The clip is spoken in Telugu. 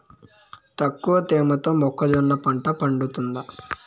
తక్కువ తేమతో మొక్కజొన్న పంట పండుతుందా?